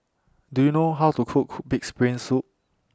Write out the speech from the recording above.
Do YOU know How to Cook Cook Pig'S Brain Soup